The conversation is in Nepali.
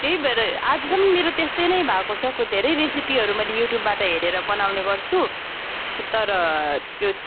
त्यहीँ भएर आजसम्म मेरो त्यस्तै नै भएको छ को धेरै रेसिपीहरू मैले युट्युबबाट हेरेर बनाउने गर्छु तर त्यो